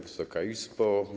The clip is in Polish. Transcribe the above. Wysoka Izbo!